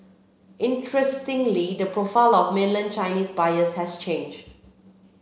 interestingly the profile of mainland Chinese buyers has changed